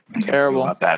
Terrible